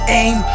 aim